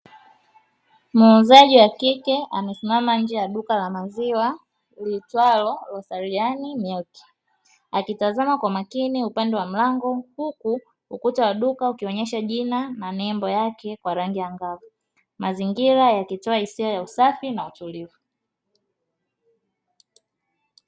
Muuzaji wa kike amesimama nje ya duka la maziwa liitwalo rozaliani milki akitazama kwa makini upande wa mlango huku ukuta wa duka ukionyesha jina na nembo yake kwa rangi angavu mazingira yakitoa hisia ya usafi na utulivu.